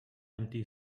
empty